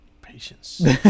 patience